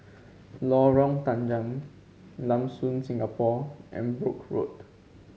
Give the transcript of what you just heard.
Lorong Tanggam Lam Soon Singapore and Brooke Road